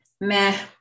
Meh